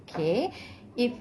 okay if